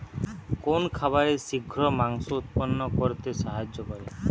কোন খাবারে শিঘ্র মাংস উৎপন্ন করতে সাহায্য করে?